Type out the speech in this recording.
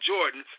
Jordan